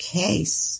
case